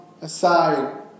aside